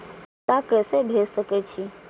पैसा के से भेज सके छी?